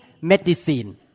medicine